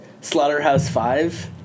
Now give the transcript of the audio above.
Slaughterhouse-Five